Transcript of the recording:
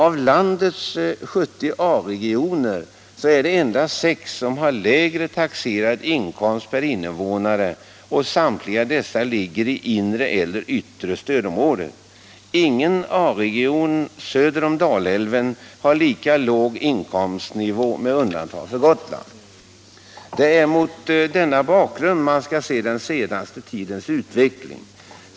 Av landets 70 A-regioner är det sex som har lägre taxerad inkomst per invånare, och samtliga dessa ligger i inre eller yttre stödområdet. Ingen A-region söder om Dalälven har lika låg inkomstnivå med undantag för Gotland. Det är mot denna bakgrund man skall se den senaste tidens utveckling.